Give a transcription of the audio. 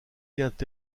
vient